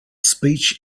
speech